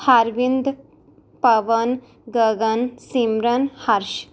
Harvind Pawan Gagan Simran Harsh